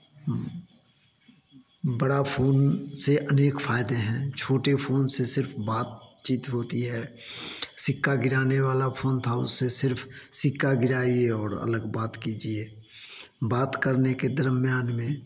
बड़ा फ़ोन से अनेक फ़ायदे हैं छोटे फ़ोन से सिर्फ़ बातचीत होती है सिक्का गिराने वाला फ़ोन था उससे सिर्फ सिक्का गिराइए और अलग बात कीजिए बात करने के दरमियान में